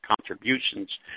contributions